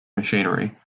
machinery